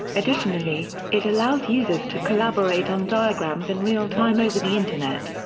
additionally, it allows users to collaborate on diagrams in real time over the internet.